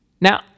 Now